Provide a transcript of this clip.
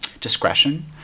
discretion